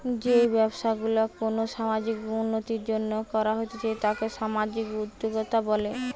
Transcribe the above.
যেই ব্যবসা গুলা কোনো সামাজিক উন্নতির জন্য করা হতিছে তাকে সামাজিক উদ্যোক্তা বলে